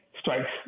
strikes